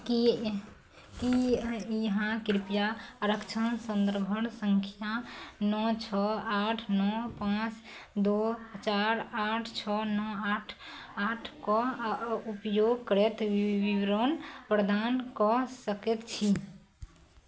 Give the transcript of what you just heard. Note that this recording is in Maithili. कि कि अहाँ कृपया आरक्षण सन्दर्भ सँख्या नओ छओ आठ नओ पाँच दुइ चारि आठ छओ नओ आठ आठके उपयोग करैत वि विवरण प्रदान कऽ सकै छी